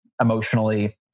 emotionally